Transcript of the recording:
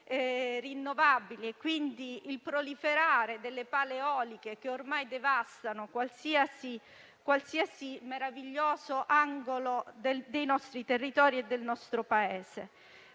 rinnovabili e quindi il proliferare delle pale eoliche, che ormai devastano qualsiasi meraviglioso angolo dei nostri territori e del nostro Paese.